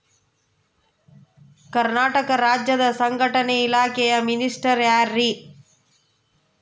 ಕರ್ನಾಟಕ ರಾಜ್ಯದ ಸಂಘಟನೆ ಇಲಾಖೆಯ ಮಿನಿಸ್ಟರ್ ಯಾರ್ರಿ?